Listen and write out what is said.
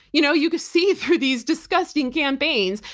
you know you can see through these disgusting campaigns,